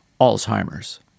Alzheimer's